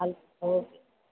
हल ओके